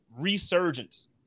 Resurgence